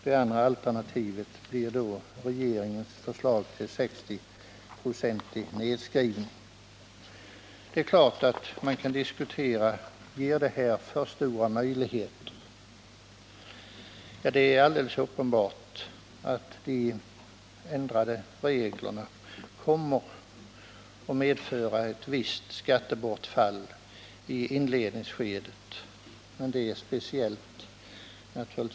Det andra alternativet blir då regeringens förslag om nedskrivning med 60 96. Det är klart att man kan diskutera om detta ger för stor konsolideringsmöjlighet. Alldeles uppenbart är att de ändrade reglerna kommer att medföra ett visst skattebortfall i inledningsskedet.